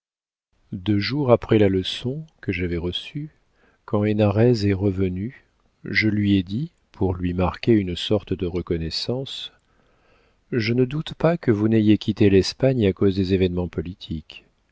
deux jours après la leçon que j'avais reçue quand hénarez est revenu je lui ai dit pour lui marquer une sorte de reconnaissance je ne doute pas que vous n'ayez quitté l'espagne à cause des événements politiques